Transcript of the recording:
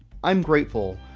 i'm grateful.